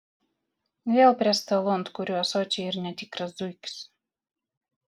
vėl prie stalų ant kurių ąsočiai ir netikras zuikis